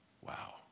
Wow